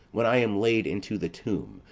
when i am laid into the tomb,